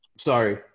Sorry